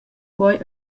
quei